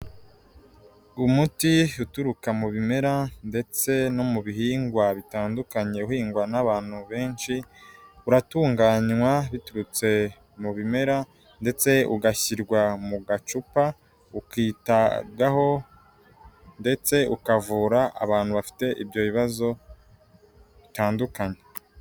Umuti uturuka mu bimera ndetse no mu bihingwa bitandukanye uhingwa n'abantu benshi, uratunganywa biturutse mu bimera ndetse ugashyirwa mu gacupa ukitabwaho ndetse ukavura abantu bafite ibyo bibazo bitandukanye.